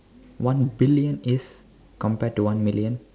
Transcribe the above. one billion is compared to one million